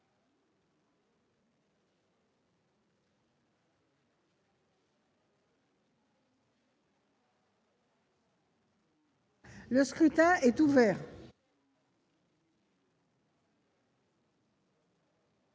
Le scrutin est ouvert.